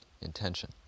intention